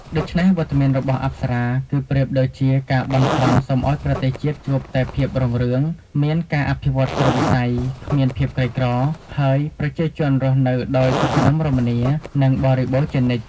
ដូច្នេះ វត្តមានរបស់អប្សរា គឺប្រៀបដូចជា ការបន់ស្រន់សុំឲ្យប្រទេសជាតិជួបតែភាពរុងរឿង មានការអភិវឌ្ឍន៍គ្រប់វិស័យ គ្មានភាពក្រីក្រ ហើយប្រជាជនរស់នៅដោយសុខដុមរមនា និងបរិបូរណ៍ជានិច្ច។